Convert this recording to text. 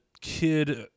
kid